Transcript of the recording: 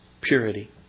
purity